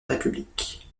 république